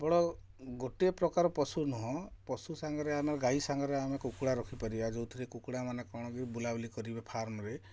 କେବଳ ଗୋଟିଏ ପ୍ରକାର ପଶୁ ନୁହେଁ ପଶୁ ସାଙ୍ଗରେ ଆମେ ଗାଈ ସାଙ୍ଗରେ ଆମେ କୁକୁଡ଼ା ରଖିପାରିବା ଯେଉଁଥିରେ କୁକୁଡ଼ାମାନେ କ'ଣ କି ବୁଲା ବୁଲି କରିବେ ଫାର୍ମରେ